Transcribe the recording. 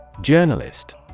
Journalist